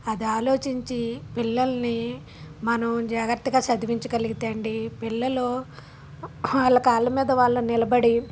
అది ఆలోచించి పిల్లల్ని మనం జాగ్రత్తగా చదివించగలిగితే అండి పిల్లలు వాళ్ల కాళ్ళ మీద వాళ్ళు నిలబడి